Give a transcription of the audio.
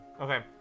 okay